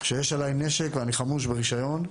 כשיש עליי נשק ואני חמוש ברישיון.